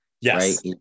Yes